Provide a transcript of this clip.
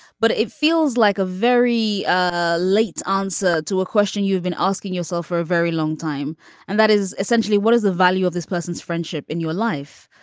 but it feels like a very ah late answer to a question you've been asking yourself for a very long time and that is essentially what is the value of this person's friendship in your life.